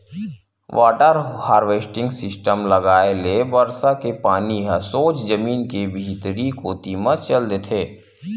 water harvesting system लगाए ले बरसा के पानी ह सोझ जमीन के भीतरी कोती म चल देथे